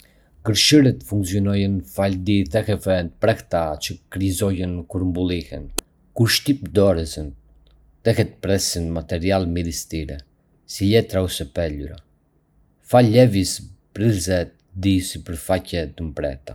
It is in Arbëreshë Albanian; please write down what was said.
Gërshërët funksionojnë falë dy teheve të mprehta që kryqëzohen kur mbyllen. Kur shtyp dorezat, tehet presin materialin midis tyre, si letra ose pëlhura, falë lëvizjes prerëse të dy sipërfaqeve të mprehta.